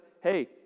hey